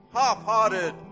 half-hearted